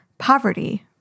Poverty